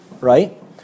right